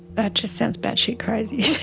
that just sounds bat-shit crazy